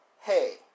hey